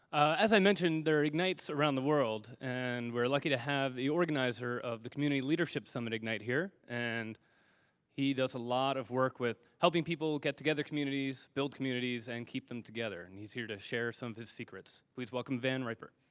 as i mentioned, there are ignites around the world. and we're lucky to have the organizer of the community leadership summit ignite here. and he does a lot of work with helping people get together communities build communities and keep them together. and he's here to share some secrets. please welcome van riper.